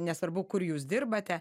nesvarbu kur jūs dirbate